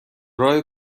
راه